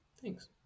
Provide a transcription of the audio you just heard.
Thanks